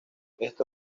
esto